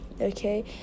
okay